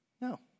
No